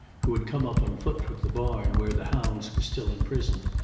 who had come up on foot from the barn where the hounds were still imprisoned,